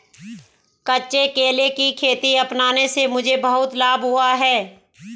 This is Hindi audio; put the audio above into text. कच्चे केले की खेती अपनाने से मुझे बहुत लाभ हुआ है